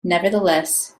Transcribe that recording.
nevertheless